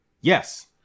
yes